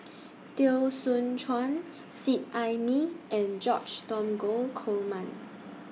Teo Soon Chuan Seet Ai Mee and George Dromgold Coleman